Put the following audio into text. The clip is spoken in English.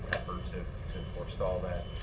to to forestall that.